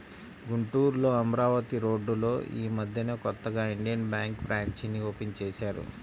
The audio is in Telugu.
గుంటూరులో అమరావతి రోడ్డులో యీ మద్దెనే కొత్తగా ఇండియన్ బ్యేంకు బ్రాంచీని ఓపెన్ చేశారు